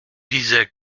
disais